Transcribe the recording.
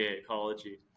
Ecology